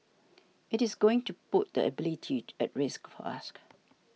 it is going to put that ability at risk for ask